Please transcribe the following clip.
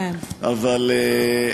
לא,